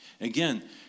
Again